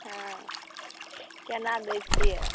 हँ कोना दै छिए